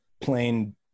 plain